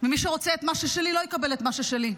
ומי שרוצה את מה ששלי, לא יקבל את מה ששלי.